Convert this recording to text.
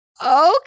Okay